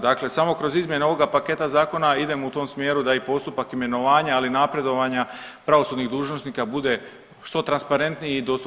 Dakle samo kroz izmjene ovoga paketa zakona idemo u tom smjeru da i postupak imenovanja, ali i napredovanja pravosudnih dužnosnika bude što transparentniji i dostupan svima.